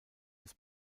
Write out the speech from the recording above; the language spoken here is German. des